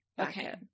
Okay